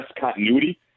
continuity